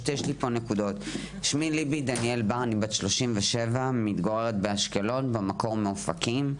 שמי ליבי דניאל בר בת 37 מתגוררת באשקלון ובמקור מאופקים.